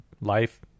life